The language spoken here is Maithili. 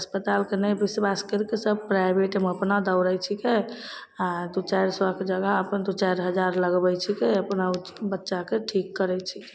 अस्पतालके नहि बिश्वास करिके सब प्राइभेटमे अपना दौड़ैत छिकै आ दू चारि सएके जगह अपन दू चारि हजार लगबैत छिकै अपना ओ बच्चाके ठीक करैत छिकै